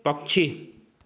पक्षी